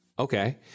Okay